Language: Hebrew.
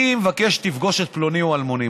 אני מבקש שתפגוש את פלוני או אלמוני.